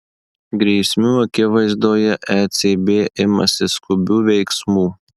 grėsmių akivaizdoje ecb imasi skubių veiksmų